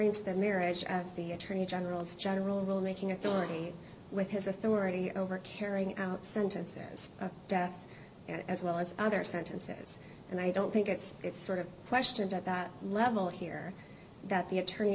that marriage and the attorney general is general rule making authority with his authority over carrying out sentence says death as well as other sentences and i don't think it's that sort of questions at that level here that the attorney